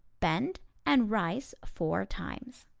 bend and rise four times.